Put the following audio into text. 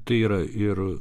tai yra ir